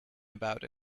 about